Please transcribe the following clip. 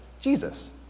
Jesus